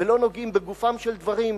ולא נוגעים בגופם של דברים,